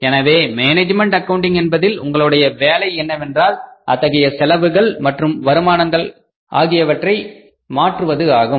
எனவே management accounting என்பதில் உங்களுடைய வேலை என்னவென்றால் அத்தகைய செலவுகள் மற்றும் வருமானங்களை மாற்றுவது ஆகும்